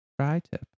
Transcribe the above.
Tri-tip